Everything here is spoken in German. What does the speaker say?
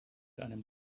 einem